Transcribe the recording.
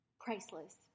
priceless